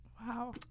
Wow